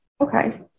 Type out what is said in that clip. Okay